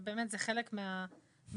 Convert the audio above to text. זה באמת חלק מהתבנית.